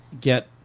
get